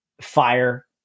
Fire